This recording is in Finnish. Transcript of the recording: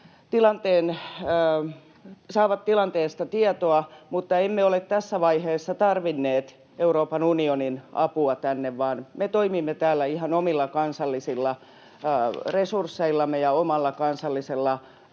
saavat tilanteesta tietoa, mutta emme ole tässä vaiheessa tarvinneet Euroopan unionin apua tänne, vaan me toimimme täällä ihan omilla kansallisilla resursseillamme ja omalla kansallisella,